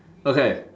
okay